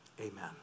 amen